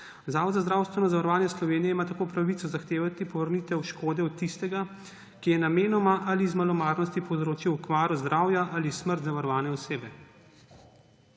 Zavod za zdravstveno zavarovanje Slovenije ima tako pravico zahtevati povrnitev škode od tistega, ki je namenoma ali iz malomarnosti povzročil okvaro zdravja ali smrt zavarovane osebe.